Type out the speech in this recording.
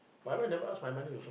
my wife never ask my money also